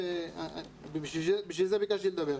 בשביל זה ביקשתי לדבר.